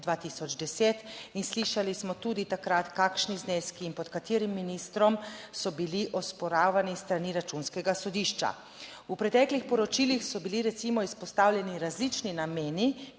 2010 in slišali smo tudi takrat kakšni zneski in pod katerim ministrom so bili osporavani s strani Računskega sodišča. V preteklih poročilih so bili, recimo, izpostavljeni različni nameni,